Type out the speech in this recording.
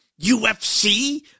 UFC